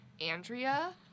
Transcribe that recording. Andrea